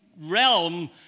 realm